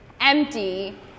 Empty